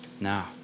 now